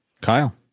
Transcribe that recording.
Kyle